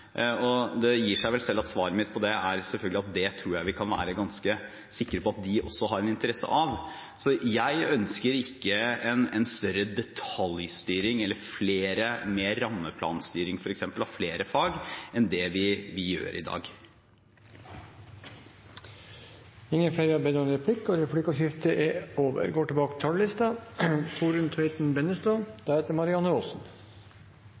tror. Det gir seg selv at svaret mitt på det er at det kan vi selvfølgelig være ganske sikre på at de også har en interesse av. Så jeg ønsker ikke en større detaljstyring eller mer rammeplanstyring f.eks. av flere fag enn det vi har i dag. Dermed er replikkordskiftet over. De talere som heretter får ordet, har en taletid på inntil 3 minutter. Vi har snart lagt tilbake